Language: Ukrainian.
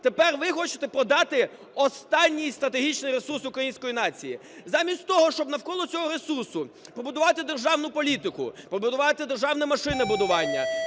Тепер ви хочете продати останній стратегічний ресурс української нації. Замість того, щоб навколо цього ресурсу побудувати державну політику, побудувати державне машинобудування,